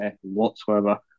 whatsoever